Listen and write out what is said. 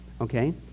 okay